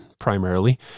primarily